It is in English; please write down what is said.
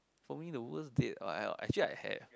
for me the worst date actually I have